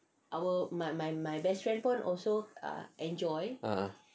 a'ah